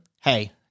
hey